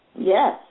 Yes